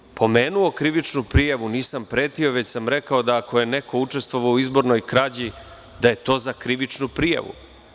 Kada sam pomenuo krivičnu prijavu nisam pretio već sam rekao da ako je neko učestvovao u izbornoj krađi da je to za krivičnu prijavu.